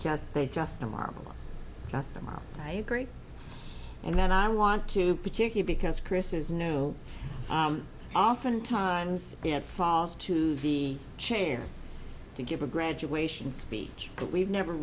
just they just a marvelous custom i agree and then i want to particular because christians know oftentimes it falls to the chair to give a graduation speech but we've never